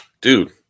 Dude